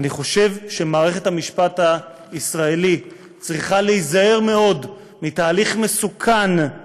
אני חושב שמערכת המשפט הישראלית צריכה להיזהר מאוד מתהליך מסוכן,